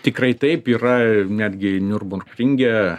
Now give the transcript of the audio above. tikrai taip yra netgi niurburg ringe